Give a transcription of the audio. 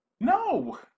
No